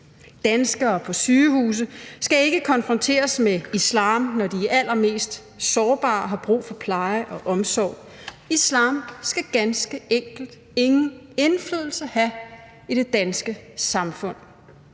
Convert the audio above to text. Danskere på sygehuse skal ikke konfronteres med islam, når de er allermest sårbare og har brug for pleje og omsorg. Islam skal ganske enkelt ingen indflydelse have i det danske samfund.